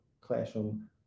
classroom